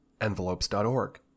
Envelopes.org